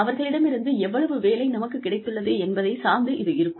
அவர்களிடமிருந்து எவ்வளவு வேலை நமக்கு கிடைத்துள்ளது என்பதை சார்ந்து இது இருக்கும்